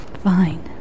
fine